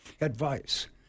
advice